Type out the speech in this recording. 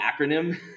acronym